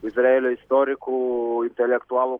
izraelio istorikų intelektualų